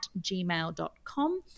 gmail.com